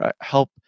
help